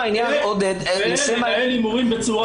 אלה הימורים בצורה